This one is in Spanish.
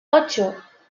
ocho